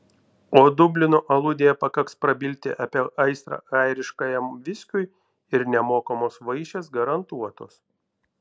o dublino aludėje pakaks prabilti apie aistrą airiškajam viskiui ir nemokamos vaišės garantuotos